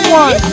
one